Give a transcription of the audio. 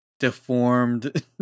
deformed